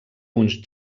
uns